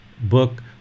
book